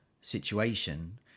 situation